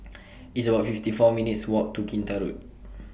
It's about fifty four minutes' Walk to Kinta Road